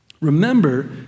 Remember